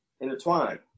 intertwined